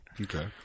Okay